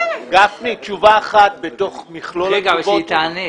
תשובה אחת בתוך מכלול התשובות